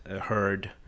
heard